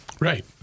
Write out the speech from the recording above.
Right